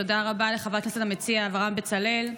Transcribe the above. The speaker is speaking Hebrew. תודה רבה לחבר הכנסת המציע אברהם בצלאל.